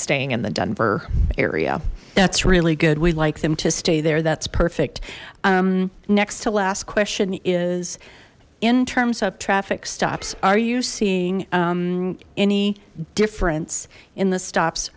staying in the denver area that's really good we like them to stay there that's perfect next to last question is in terms of traffic stops are you seeing any difference in the stops